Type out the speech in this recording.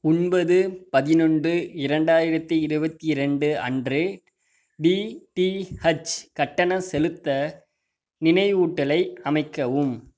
ஒன்பது பதினொன்று இரண்டாயிரத்தி இருபத்தி ரெண்டு அன்று டிடிஹச் கட்டண செலுத்த நினைவூட்டலை அமைக்கவும்